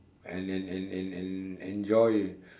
and and and and and enjoy